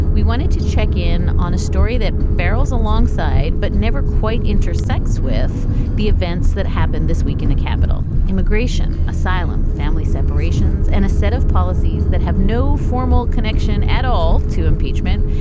we wanted to check in on a story that barrels alongside, but never quite intersects with the events that happened this week in the capital. immigration, asylum, family separations, and a set of policies that have no formal connection at all to impeachment,